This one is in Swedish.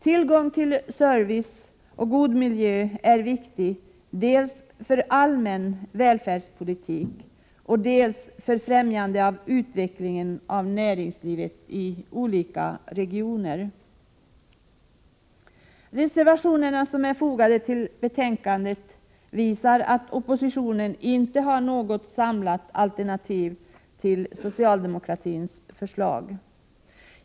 Tillgång till service och god miljö är viktig, dels för allmän välfärdspolitik, dels för främjandet och utvecklingen av näringslivet i olika regioner. Reservationerna som är fogade till betänkandet visar att oppositionen inte har något samlat alternativ till socialdemokraternas förslag.